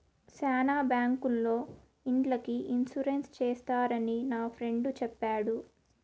శ్యానా బ్యాంకుల్లో ఇండ్లకి ఇన్సూరెన్స్ చేస్తారని నా ఫ్రెండు చెప్పాడు